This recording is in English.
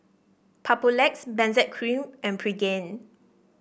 Papulex Benzac Cream and Pregain